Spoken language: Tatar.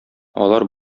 алар